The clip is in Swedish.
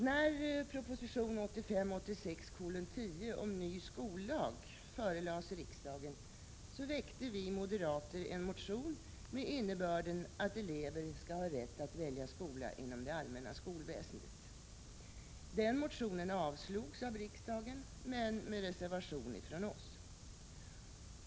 När proposition 1985/86:10 om ny skollag förelades riksdagen väckte vi moderater en motion med innebörden att elever skall ha rätt att välja skola inom det allmänna skolväsendet. Motionen avslogs av riksdagen, men med reservation från oss.